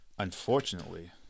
Unfortunately